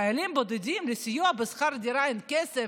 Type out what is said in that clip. ולחיילים בודדים לסיוע בשכר דירה אין כסף?